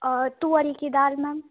और तुअर ही की दाल मैम